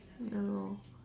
ya lor